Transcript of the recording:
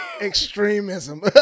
extremism